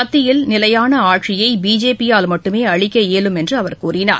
மத்தியில் நிலையான ஆட்சியைபிஜேபி யால் மட்டுமேஅளிக்க இயலும் என்றுஅவர் கூறினார்